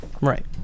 Right